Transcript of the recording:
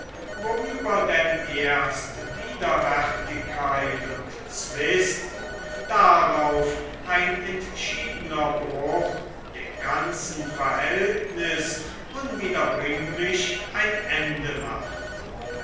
worüber denn erst widerwärtigkeit und zwist darauf ein entschiedener bruch dem ganzen verhältnis unwiederbringlich ein ende macht